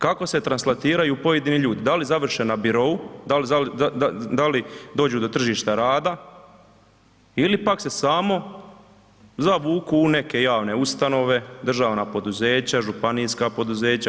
Kako se translatiraju pojedini ljudi, da li završe na Birou, da li dođu do tržišta rada ili pak se samo zvuku u neke javne ustanove, državna poduzeća, županijska poduzeća?